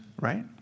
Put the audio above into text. right